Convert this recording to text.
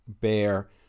bear